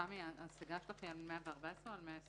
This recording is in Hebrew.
תמי, ההשגה הזאת היא על 114 או על121?